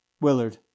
Willard